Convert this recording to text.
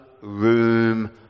room